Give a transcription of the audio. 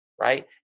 right